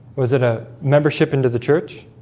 was it a membership into the church?